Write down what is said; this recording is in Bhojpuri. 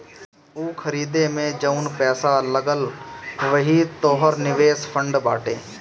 ऊ खरीदे मे जउन पैसा लगल वही तोहर निवेश फ़ंड बाटे